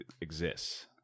exists